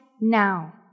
now